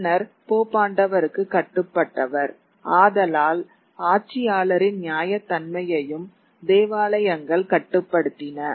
மன்னர் போப் ஆண்டவருக்கு கட்டுப்பட்டவர் ஆதலால் ஆட்சியாளரின் நியாயத்தன்மையையும் தேவாலயங்கள் கட்டுப்படுத்தின